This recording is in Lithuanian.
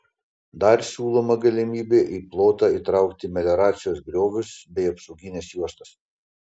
dar siūloma galimybė į plotą įtraukti melioracijos griovius bei apsaugines juostas